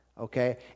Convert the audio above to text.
Okay